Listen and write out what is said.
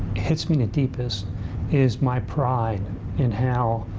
hits me the deepest is my pride in how